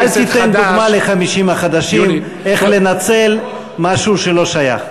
אל תיתן דוגמה ל-50 החדשים איך לנצל משהו שלא שייך.